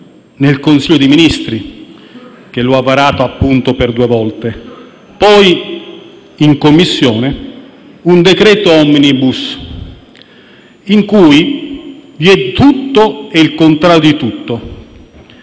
nel Consiglio dei ministri, che lo ha varato per due volte, poi in Commissione, un decreto-legge *omnibus*, in cui vi è tutto e il contrario di tutto.